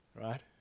right